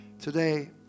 today